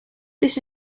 this